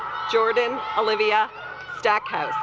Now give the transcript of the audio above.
jordan olivia stack had